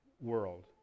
world